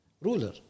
ruler